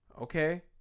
Okay